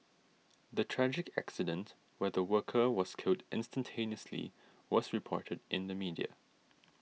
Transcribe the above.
the tragic accident where the worker was killed instantaneously was reported in the media